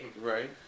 right